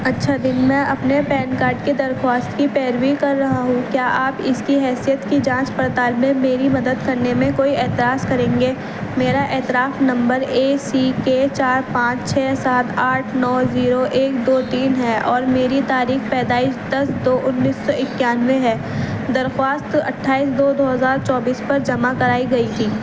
اچھا دن میں اپنے پین کاڈ کے درخواست کی پیروی کر رہا ہوں کیا آپ اس کی حیثیت کی جانچ پڑتال میں میری مدد کرنے میں کوئی اعتراض کریں گے میرا اعتراف نمبر اے سی کے چار پانچ چھ سات آٹھ نو زیرو ایک دو تین ہے اور میری تاریخ پیدائش دس دو انیس سو اکیانوے ہے درخواست اٹھائیس دو دو ہزار چوبیس پر جمع کرائی گئی تھی